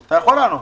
אתה יכול לענות